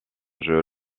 jeu